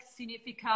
significa